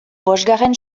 bosgarren